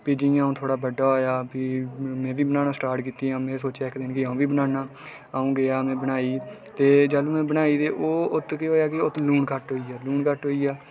ते जियां अ'ऊ थोह्ड़ा बड्डा होएआ में बी बनानियां सटार्ट कीतियां में सोचेआ कि अ'ऊ बी बनाना रुट्टी बनाना अ'ऊं में बनाई ते जालू में बनाई उत्त केह् होएआ कि उत्त लून घट्ट होई गेआ